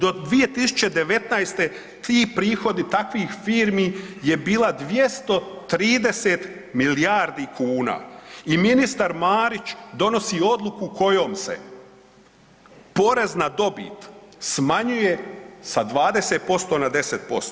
Do 2019. ti prihodi takvih firmi je bila 230 milijardi kuna i ministar Marić donosi odluku kojom se porez na dobit smanjuje sa 20% na 10%